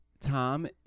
Tom